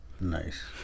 Nice